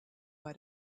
bei